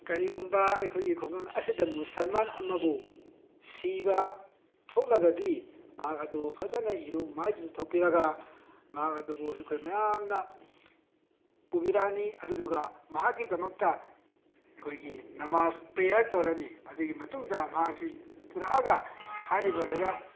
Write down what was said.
ꯀꯔꯤꯒꯨꯝꯕ ꯑꯩꯈꯣꯏꯒꯤ ꯈꯨꯡꯒꯪ ꯑꯁꯤꯗ ꯃꯨꯁꯜꯃꯥꯟ ꯑꯃꯕꯨ ꯁꯤꯕ ꯊꯣꯛꯂꯒꯗꯤ ꯃꯍꯥꯛ ꯑꯗꯨ ꯐꯖꯅ ꯃꯥꯏꯊꯖꯊꯣꯛꯄꯤꯔꯒ ꯃꯍꯥꯛ ꯑꯗꯨꯕꯨ ꯑꯩꯈꯣꯏ ꯃꯌꯥꯝꯅ ꯄꯨꯕꯤꯔꯛꯑꯅꯤ ꯑꯗꯨꯗꯨꯒ ꯃꯍꯥꯛꯀꯤꯗꯃꯛꯇ ꯑꯩꯈꯣꯏꯒꯤ ꯅꯃꯥꯁ ꯄ꯭ꯔꯦꯌꯥꯔ ꯇꯧꯔꯅꯤ ꯑꯗꯨꯒꯤ ꯃꯇꯨꯡꯗ ꯃꯍꯥꯛ ꯑꯁꯤ ꯄꯨꯔꯛꯑꯒ ꯍꯥꯏꯔꯤꯕ ꯂꯩꯕꯥꯛ